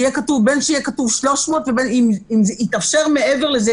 בין שיהיה כתוב 300 ובין אם יתאפשר מעבר לזה,